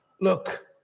look